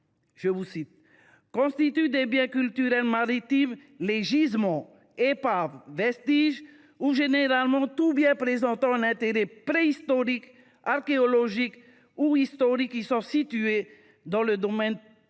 du patrimoine :« Constituent des biens culturels maritimes les gisements, épaves, vestiges ou généralement tout bien présentant un intérêt préhistorique, archéologique ou historique qui sont situés dans le domaine public